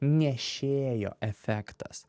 nešėjo efektas